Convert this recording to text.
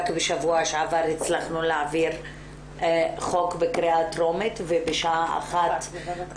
רק בשבוע שעבר הצלחנו להעביר חוק בקריאה טרומית ובשעה 13:00